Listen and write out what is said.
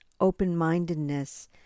open-mindedness